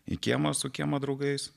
į kiemą su kiemo draugais